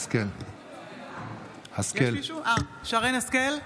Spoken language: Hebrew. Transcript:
(קוראת בשם חברת הכנסת) שרן השכל,